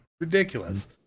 Ridiculous